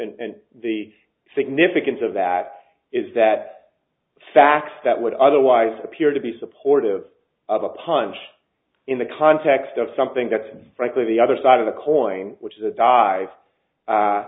and the significance of that is that facts that would otherwise appear to be supportive of a punch in the context of something that's frankly the other side of the coin which is a dive